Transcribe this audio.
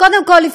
קודם כול,